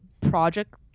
project